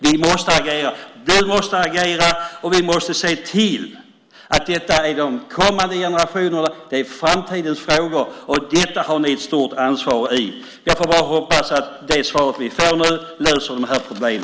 Vi måste agera för det är de kommande generationernas, framtidens, frågor. Det har ni ett stort ansvar för. Jag får hoppas att det svar vi nu får löser dessa problem.